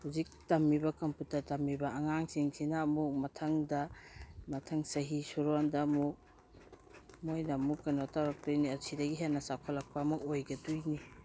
ꯍꯧꯖꯤꯛ ꯇꯝꯃꯤꯕ ꯀꯝꯄꯨꯇꯔ ꯇꯝꯃꯤꯕ ꯑꯉꯥꯡꯁꯤꯡꯁꯤꯅ ꯑꯃꯨꯛ ꯃꯊꯪꯗ ꯃꯊꯪ ꯆꯍꯤ ꯁꯨꯔꯣꯟꯗ ꯑꯃꯨꯛ ꯃꯣꯏꯅ ꯑꯃꯨꯛ ꯀꯩꯅꯣ ꯇꯧꯔꯛꯇꯣꯏꯅꯤ ꯁꯤꯗꯒꯤ ꯍꯦꯟꯅ ꯆꯥꯎꯈꯠꯂꯛꯄ ꯑꯃ ꯑꯣꯏꯒꯗꯣꯏꯅꯤ